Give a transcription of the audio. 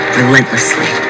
relentlessly